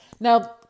Now